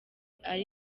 ari